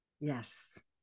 Yes